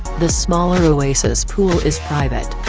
the smaller oasis pool is private.